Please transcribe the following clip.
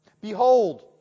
Behold